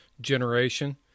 generation